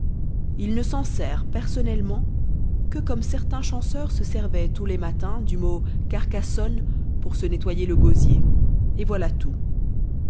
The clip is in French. il ne s'en sert personnellement que comme certain chanteur se servait tous les matins du mot carcassonne pour se nettoyer le gosier et voilà tout